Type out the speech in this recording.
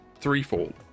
threefold